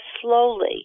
slowly